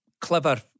clever